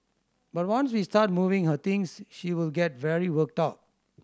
but once we start moving her things she will get very worked up